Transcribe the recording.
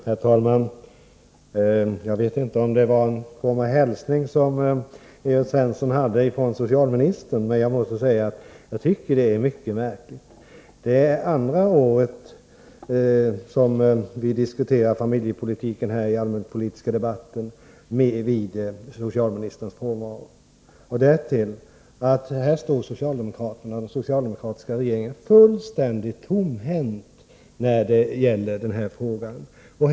Herr talman! Jag vet inte om det var någon form av hälsning som Evert Svensson framförde från socialministern, men jag måste säga att det är mycket märkligt att vi för andra året i följd diskuterar familjepolitik i den allmänpolitiska debatten under socialministerns frånvaro. Därtill står den socialdemokratiska regeringen fullständigt tomhänt i den här frågan.